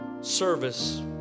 service